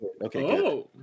Okay